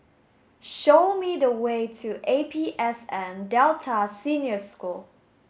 show me the way to A P S N Delta Senior School